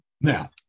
Now